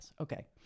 Okay